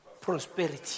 Prosperity